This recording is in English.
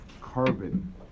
carbon